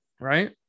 right